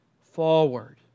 forward